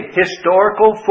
historical